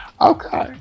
Okay